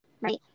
right